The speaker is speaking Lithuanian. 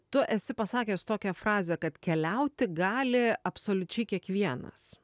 tu esi pasakęs tokią frazę kad keliauti gali absoliučiai kiekvienas